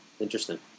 Interesting